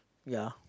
ya